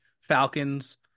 Falcons